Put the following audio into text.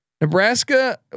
Nebraska